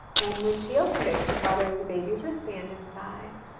and when she opened it, she saw there was a baby's wristband inside,